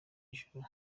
ijuru